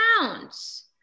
pounds